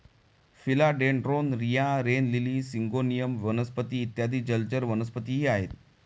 फिला dendron, रिया, rain lily, syngonium वनस्पती इत्यादी जलचर वनस्पतीही आहेत